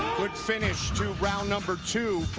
finish to round number two.